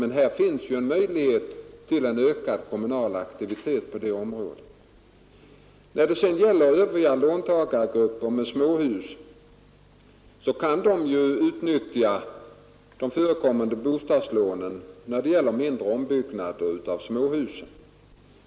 Men det finns möjlighet till en ökad kommunal aktivitet på det området. Övriga låntagargrupper med småhus kan utnyttja de förekommande bostadslånen när det gäller mindre ombyggnader av småhus.